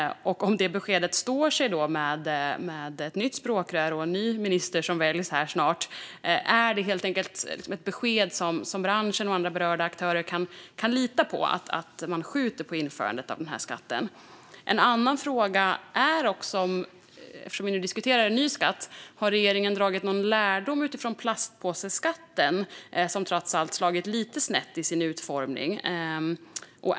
Står sig det beskedet med ett nytt språkrör och en ny minister som snart ska väljas? Är det ett besked som branschen och andra berörda aktörer kan lita på, det vill säga att man skjuter på införandet av skatten? Eftersom vi diskuterar en ny skatt undrar jag om regeringen har dragit lärdom av plastpåseskatten, som trots allt slagit lite snett i sin utformning.